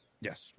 Yes